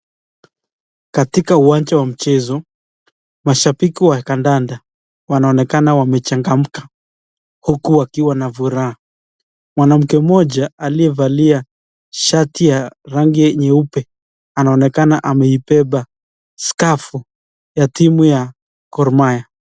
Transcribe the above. Katika uwanja wa mchezo, mashabiki wa kandanda wanaonekana wamechangamka huku wakiwa na furaha. Mwanamke mmoja aliyevalia shati ya rangi nyeupe anaonekana ameibeba skafu ya timu ya Gor Mahia.